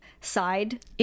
Side